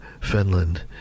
finland